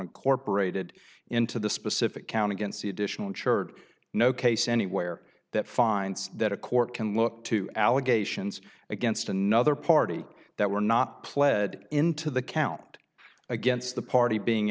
incorporated into the specific count against additional insured no case anywhere that finds that a court can look to allegations against another party that were not pled into the count against the party being